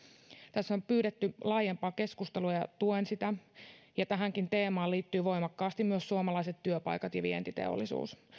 tässä on pyydetty laajempaa keskustelua ja tuen sitä tähän teemaan liittyvät voimakkaasti myös suomalaiset työpaikat ja vientiteollisuus